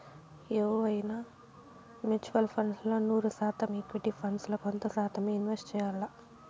ఎవువైనా mutual funds ల నూరు శాతం ఈక్విటీ ఫండ్స్ ల కొంత శాతమ్మే ఇన్వెస్ట్ చెయ్యాల్ల